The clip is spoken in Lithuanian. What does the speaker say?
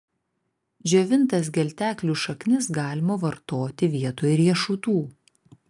džiovintas gelteklių šaknis galima vartoti vietoj riešutų